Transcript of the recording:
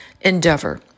endeavor